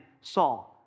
Saul